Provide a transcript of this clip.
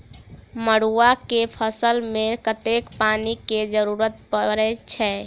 मड़ुआ केँ फसल मे कतेक पानि केँ जरूरत परै छैय?